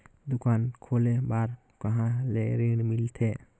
दुकान खोले बार कहा ले ऋण मिलथे?